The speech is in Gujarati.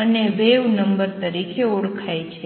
અને વેવ નંબર તરીકે ઓળખાય છે